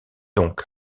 donc